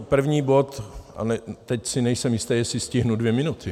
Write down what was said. První bod teď si nejsem jistý, jestli stihnu dvě minuty.